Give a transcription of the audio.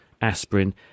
aspirin